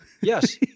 Yes